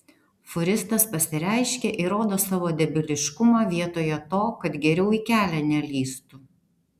fūristas pasireiškė ir rodo savo debiliškumą vietoje to kad geriau į kelią nelįstų